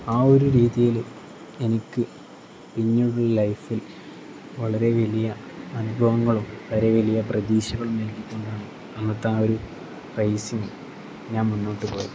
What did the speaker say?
ആ ഒരു രീതിയിൽ എനിക്ക് ഇനിയുള്ള ലൈഫിൽ വളരെ വലിയ അനുഭവങ്ങളും വളരെ വലിയ പ്രതീക്ഷകളും നൽകിക്കൊണ്ടാണ് അന്നത്തെ ആ ഒരു പ്രൈസിന് ഞാൻ മുന്നോട്ട് പോയത്